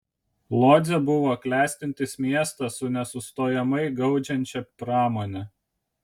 lodzė buvo klestintis miestas su nesustojamai gaudžiančia pramone